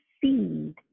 seed